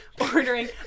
ordering